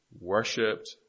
worshipped